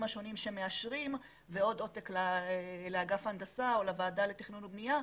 השונים שמאשרים ועוד עותק לאגף הנדסה או לוועדה לתכנון ובנייה.